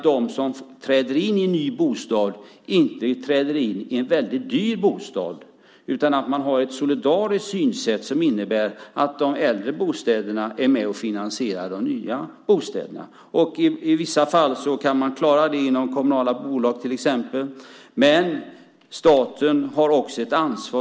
De som träder in i en ny bostad ska inte behöva träda in i en dyr bostad. Det ska vara ett solidariskt synsätt som innebär att de äldre bostäderna är med och finansierar de nya bostäderna. I vissa fall kan det klaras inom till exempel kommunala bolag. Men staten har också ett ansvar.